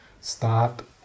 start